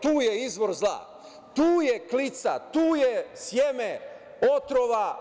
tu je izvor zla, tu je klica, tu je seme otrova.